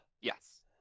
yes